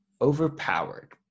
overpowered